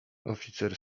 oficer